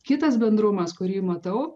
kitas bendrumas kurį matau